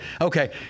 Okay